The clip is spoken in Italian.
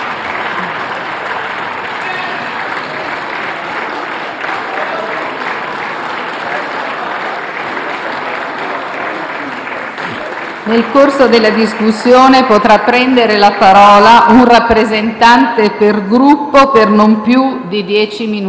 Nel corso della discussione potrà prendere la parola un rappresentante per Gruppo, per non più di dieci minuti ciascuno.